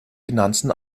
finanzen